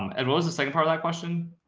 and what was the second part of that question?